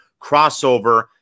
crossover